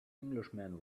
englishman